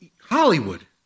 Hollywood